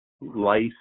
life